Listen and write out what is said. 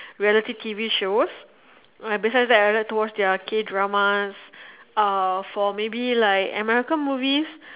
reality T_V shows besides that I like to watch their K dramas uh for maybe like American movies